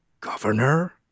governor